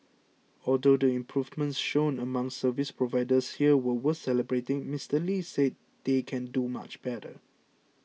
although the improvements shown among service providers here were worth celebrating Mister Lee said they can do much better